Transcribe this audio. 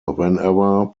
whenever